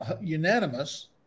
unanimous